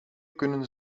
kunnen